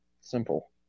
simple